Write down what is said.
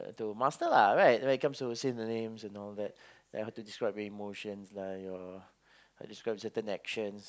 to master lah right right comes to say the name and all that to describe your emotions like your describe certain actions